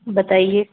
बताइए